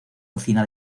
cocina